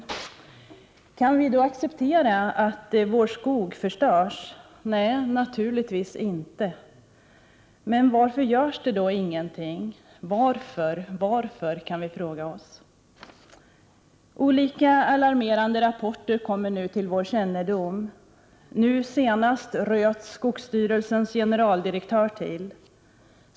Kan vi då acceptera att vår skog förstörs? Naturligtvis inte. Men varför görs det då ingenting? Varför, varför, kan vi fråga oss. Olika alarmerande rapporter kommer nu till vår kännedom. Nu senast röt skogsstyrelsens generaldirektör till.